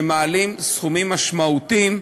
שמעלים סכומים משמעותיים.